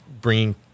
bringing